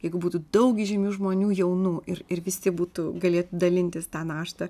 jeigu būtų daug įžymių žmonių jaunų ir ir visi būtų galėtų dalintis tą naštą